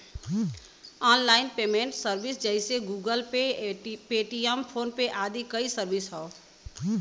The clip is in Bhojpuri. आनलाइन पेमेंट सर्विस जइसे Google pay, Paytm, phone pay आदि कई सर्विस हौ